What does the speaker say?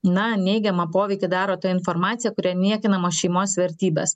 na neigiamą poveikį daro ta informacija kuria niekinamos šeimos vertybės